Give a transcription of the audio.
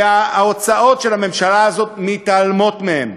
ההוצאות של הממשלה הזאת מתעלמות מהם,